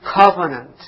covenant